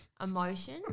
emotion